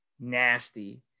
nasty